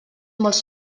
molts